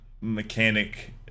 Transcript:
mechanic